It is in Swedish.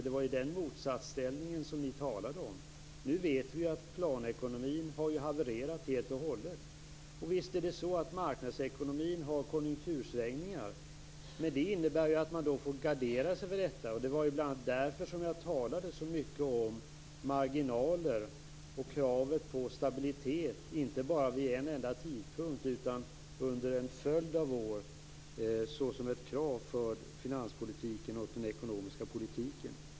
Det var ju den motsatsställningen som ni talade om. Nu vet vi att planekonomin har havererat helt och hållet. Visst har marknadsekonomin sina konjunktursvängningar, men det innebär att man får gardera sig för dessa. Det var bl.a. därför som jag talade så mycket om marginaler och kravet på stabilitet, inte bara vid en enda tidpunkt utan under en följd av år, såsom en förutsättning för finanspolitiken och den ekonomiska politiken.